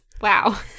Wow